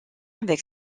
avec